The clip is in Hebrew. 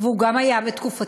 והוא גם היה בתקופתי,